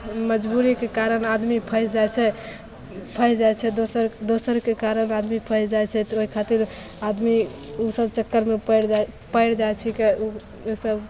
मजबूरीके कारण आदमी फसि जाइ छै फसि जाइ छै दोसर दोसरके कारण आदमी फसि जाइ छै तऽ ओहि खातिर आदमी ओसब चक्करमे पड़ि जाइ पड़ि जाइ छिकै ओ ओसब